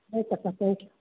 ಆಯ್ತಪ್ಪ thank you